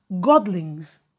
godlings